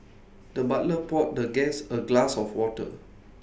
the butler poured the guest A glass of water